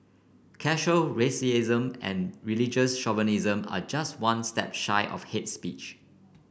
casual racism and religious chauvinism are just one step shy of hates speech